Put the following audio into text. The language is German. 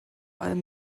allem